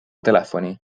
telefoni